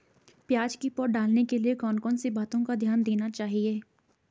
प्याज़ की पौध डालने के लिए कौन कौन सी बातों का ध्यान देना चाहिए?